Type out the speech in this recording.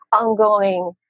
ongoing